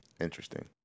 Interesting